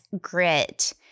grit